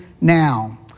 Now